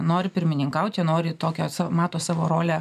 nori pirmininkaut jie nori tokio mato savo rolę